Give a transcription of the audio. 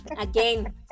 again